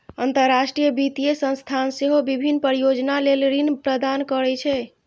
अंतरराष्ट्रीय वित्तीय संस्थान सेहो विभिन्न परियोजना लेल ऋण प्रदान करै छै